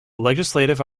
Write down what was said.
legislative